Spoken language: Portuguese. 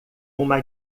uma